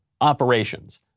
operations